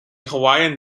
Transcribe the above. hawaiian